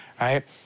right